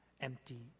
empty